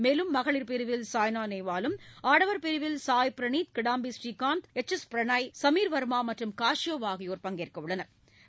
மேலும் மகளிர் பிரிவில் சாய்னா நேவாலும் ஆடவர் பிரிவில் சாய் பிரணீத் கிடாம்பி புரீகாந்த் எச் எஸ் பிரணாய் சமீர் வாமா மற்றும் கஷ்பப் ஆகியோரும் பங்கேற்க உள்ளனா்